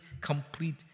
complete